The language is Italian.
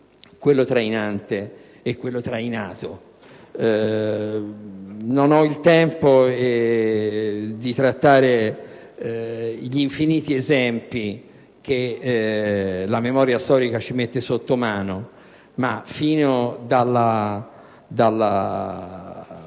quello trainante e quello trainato. Non ho il tempo di trattare gli infiniti esempi che la memoria storica ci riserva, ma fin dalla